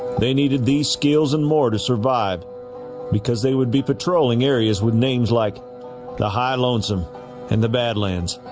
they needed these skills and more to survive because they would be patrolling areas with names like the high lonesome and the badlands.